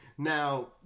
Now